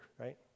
right